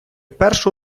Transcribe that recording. першу